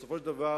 בסופו של דבר,